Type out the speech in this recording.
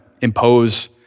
impose